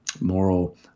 moral